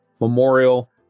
Memorial